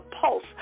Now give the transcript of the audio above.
pulse